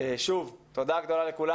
תודה לכולם.